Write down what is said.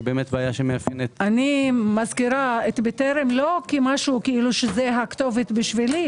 אני מזכירה את בטרם לא שהיא הכתובת בשבילי